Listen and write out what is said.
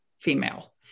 female